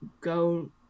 go